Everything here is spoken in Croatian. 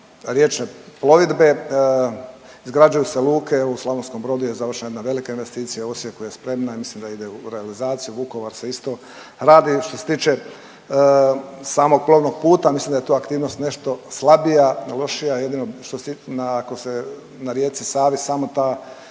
riječne plovidbe. Izgrađuju se luke, u Slavonskom Brodu je završena jedna velika investicija, u Osijeku je spremna i mislim da ide u realizaciju, Vukovar se isto radi. Što se tiče samog plovnog puta, mislim da je to aktivnost nešto slabija, lošija, jedino ako se na rijeci Savi samo ta,